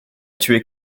tuer